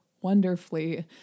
wonderfully